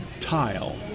tile